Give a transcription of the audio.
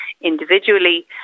individually